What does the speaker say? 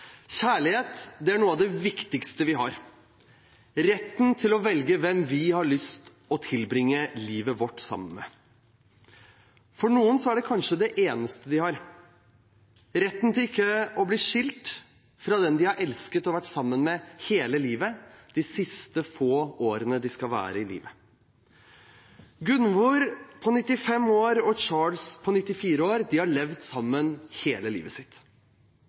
viktigste vi har – retten til å velge hvem vi har lyst til å tilbringe livet vårt sammen med. For noen er det kanskje det eneste de har – retten til ikke å bli skilt fra den de har elsket og vært sammen med hele livet, de siste få årene de skal være i livet. Gunvor på 95 år og Charles på 94 år har levd sammen hele livet.